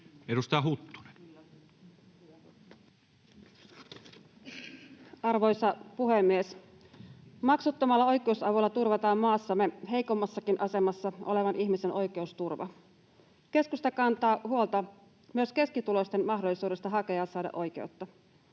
17:19 Content: Arvoisa puhemies! Maksuttomalla oikeusavulla turvataan maassamme heikommassakin asemassa olevan ihmisen oikeusturva. Keskusta kantaa huolta myös keskituloisten mahdollisuudesta hakea ja saada oikeutta.